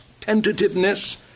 tentativeness